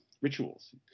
rituals